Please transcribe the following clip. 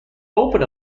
open